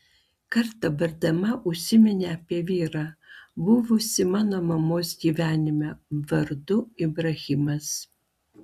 kartą bardama užsiminė apie vyrą buvusį mano mamos gyvenime vardu ibrahimas